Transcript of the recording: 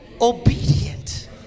obedient